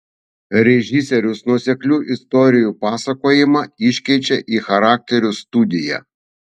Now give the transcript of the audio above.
režisierius nuoseklų istorijos pasakojimą iškeičia į charakterių studiją